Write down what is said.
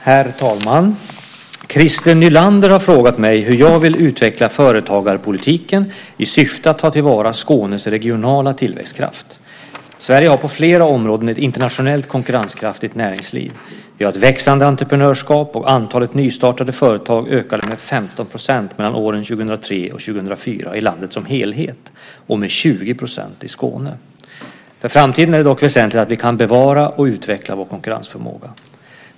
Herr talman! Christer Nylander har frågat mig hur jag vill utveckla företagarpolitiken i syfte att ta till vara Skånes regionala tillväxtkraft. Sverige har på flera områden ett internationellt konkurrenskraftigt näringsliv. Vi har ett växande entreprenörskap. Antalet nystartade företag ökade med 15 % mellan åren 2003 och 2004 i landet som helhet och med 20 % i Skåne. För framtiden är det dock väsentligt att vi kan bevara och utveckla vår konkurrensförmåga.